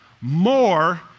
more